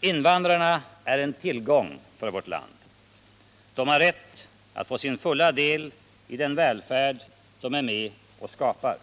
Invandrarna är en tillgång för vårt land. De har rätt att få sin fulla del i den välfärd de är med och skapar.